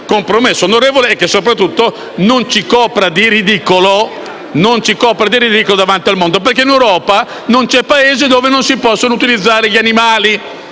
compromesso onorevole, che soprattutto non ci copra di ridicolo davanti al mondo, perché in Europa non c'è Paese dove non si possano utilizzare gli animali.